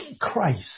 Christ